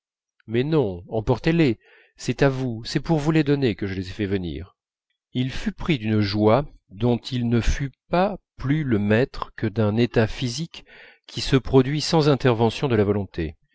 mais non emportez-les c'est à vous c'est pour vous les donner que je les ai fait venir il fut pris d'une joie dont il ne fut pas plus le maître que d'un état physique qui se produit sans intervention de la volonté